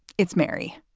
it's mary.